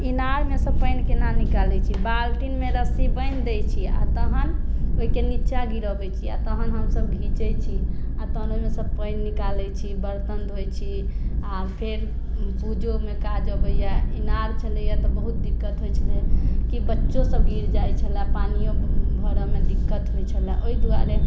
इनारमेसँ पानि केना निकालैत छी बाल्टीनमे रस्सी बान्हि दै छी आ तहन ओहिके नीचाँ गिरबैत छियै आ तहन हमसब घीचैत छी आ तहन ओहिमे से पानि निकालैत छी बर्तन धोयैत छी आ फेर पूजोमे काज अबैया इनार छलैया तऽ बहुत दिक्कत होइत छलै कि बच्चो सब गिर जाइत छलैया पानियो भरऽमे दिक्कत होइत छलय ओहि दुआरे